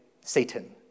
Satan